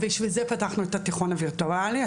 בשביל זה פתחנו את התיכון הווירטואלי.